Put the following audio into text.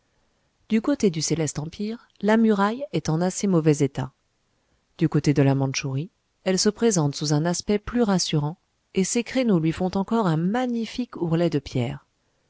du côté du céleste empire la muraille est en assez mauvais état du côté de la mantchourie elle se présente sous un aspect plus rassurant et ses créneaux lui font encore un magnifique ourlet de pierres